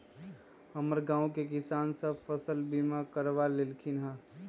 हमर गांव के किसान सभ फसल बीमा करबा लेलखिन्ह ह